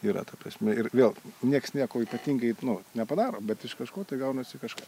yra ta prasme ir vėl nieks nieko ypatingai nu nepadaro bet iš kažko tai gaunasi kažkas